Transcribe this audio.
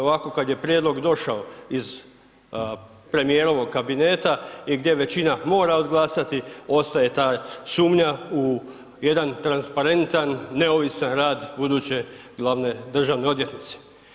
Ovako kada je prijedlog došao iz premijerovog kabineta i gdje većina mora odglasati, ostaje ta sumnja u jedan transparentan, neovisan rad buduće glavne državne odvjetnice.